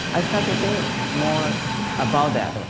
i started to think more about that.